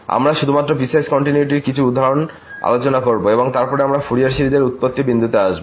আমরা শুধু পিসওয়াইস কন্টিনিউয়িটির কিছু উদাহরণ আলোচনা করব এবং তারপরে আমরা ফুরিয়ার সিরিজের উৎপত্তি বিন্দুতে আসব